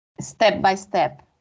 step-by-step